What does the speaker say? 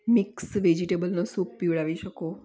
mix વેજીટેબલનો soup પીવડાવી શકો